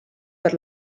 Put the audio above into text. per